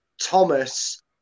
Thomas